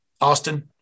Austin